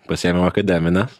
pasiėmiau akademines